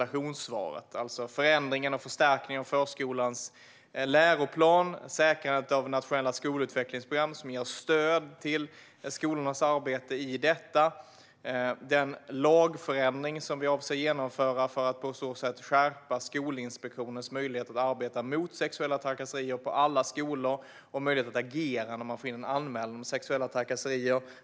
Det handlar om förändring och förstärkning av förskolans läroplan, säkrandet av nationella skolutvecklingsprogram som ger skolorna stöd i deras arbete med detta och den lagförändring som vi avser att genomföra för att skärpa Skolinspektionens möjligheter att arbeta mot sexuella trakasserier på alla skolor och möjligheter att agera när man får in en anmälan om sexuella trakasserier.